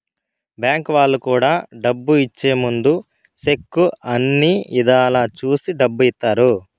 bank వాళ్ళు కూడా డబ్బు ఇచ్చే ముందు సెక్కు అన్ని ఇధాల చూసి డబ్బు ఇత్తారు